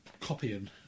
copying